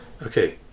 Okay